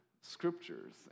scriptures